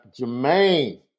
Jermaine